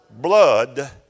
blood